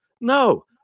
No